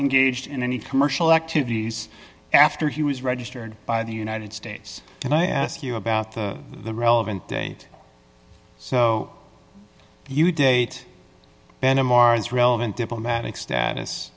engaged in any commercial activities after he was registered by the united states and i ask you about the relevant date so you date then amar's relevant diplomatic status